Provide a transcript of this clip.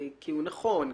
כי הוא נכון,